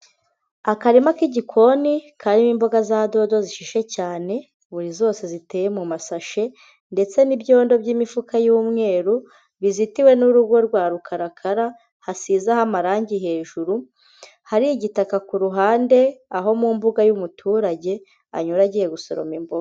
Akarima k'igikoni karimo imboga za dodo zishishe cyane, buri zose ziteye mu masashe ndetse n'ibyondo by'imifuka y'umweru bizitiwe n'urugo rwa rukarakara, hasizeho amarangi hejuru, hari igitaka ku ruhande, aho mu mbuga y'umuturage anyura agiye gusoroma imboga.